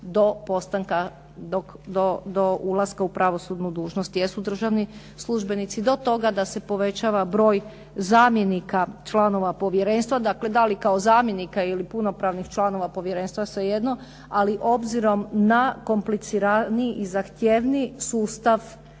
do ulaska u pravosudnu dužnost, jesu državni službenici, do toga da se povećava broj zamjenika članova povjerenstva, dakle, da li kao zamjenika ili punopravnih članova povjerenstva svejedno, ali obzirom na kompliciraniji i zahtjevniji sustav